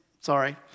Sorry